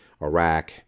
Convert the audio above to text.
Iraq